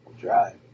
Drive